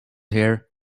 here